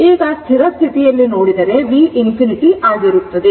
ಈಗ ಸ್ಥಿರ ಸ್ಥಿತಿಯಲ್ಲಿ ನೋಡಿದರೆ v infinity ಆಗಿರುತ್ತದೆ